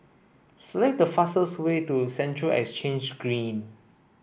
select the fastest way to Central Exchange Green